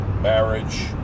marriage